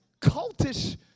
cultish